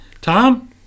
Tom